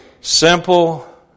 simple